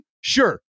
Sure